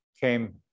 came